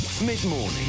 Mid-morning